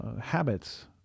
habits